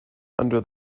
under